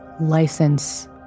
license